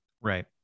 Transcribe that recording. Right